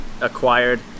acquired